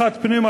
אחת פנימה,